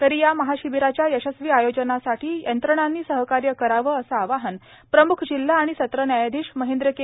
तरी या महाशिबिराच्या यशस्वी आयोजनासाठी यंत्रणांनी सहकार्य करावे असे आवाहन प्रमुख जिल्हा आणि सत्र न्यायाधीश मर्हेद्र के